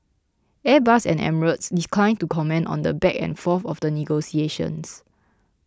Airbus and Emirates declined to comment on the back and forth of the negotiations